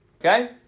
Okay